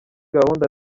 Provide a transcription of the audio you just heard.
gahunda